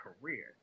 career